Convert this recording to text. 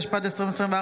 התשפ"ד 2024,